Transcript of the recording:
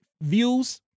views